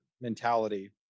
mentality